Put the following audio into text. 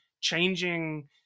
changing